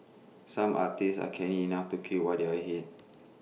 some artists are canny enough to queue while they are ahead